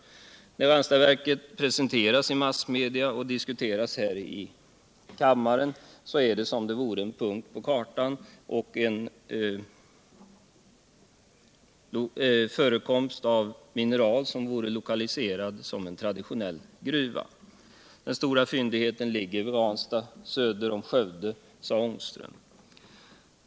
När Ranstadsverket presenteras i massmedia och diskuteras här i kammaren är det som om det vore en punkt på kartan och som om förekomsten av mineral vore lokaliserad som en traditionell gruva. Den stora fyndigheten ligger i Ranstad söder om Skövde. sade Rune Ångström.